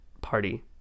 party